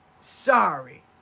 Sorry